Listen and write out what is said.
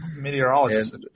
Meteorologist